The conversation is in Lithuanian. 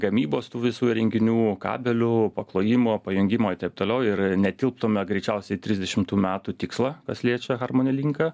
gamybos tų visų įrenginių kabelių paklojimo pajungimo ir taip toliau ir netilptume greičiausiai į trisdešimtų metų tikslą kas liečia harmony linką